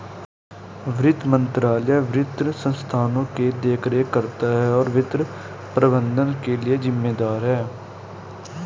वित्त मंत्रालय वित्तीय संस्थानों की देखरेख करता है और वित्तीय प्रबंधन के लिए जिम्मेदार है